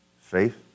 Faith